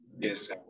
Yes